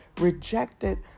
rejected